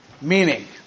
Meaning